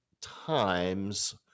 times